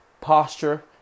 Posture